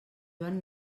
joan